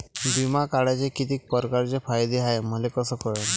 बिमा काढाचे कितीक परकारचे फायदे हाय मले कस कळन?